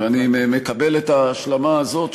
ואני מקבל את ההשלמה הזאת,